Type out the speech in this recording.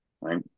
Right